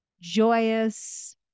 joyous